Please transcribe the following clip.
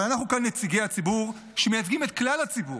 אבל אנחנו כאן נציגי הציבור שמייצגים את כלל הציבור,